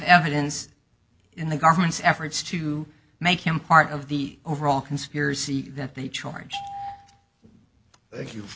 evidence in the government's efforts to make him part of the overall conspiracy that they charge you